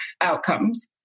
outcomes